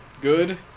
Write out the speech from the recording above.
good